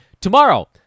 Tomorrow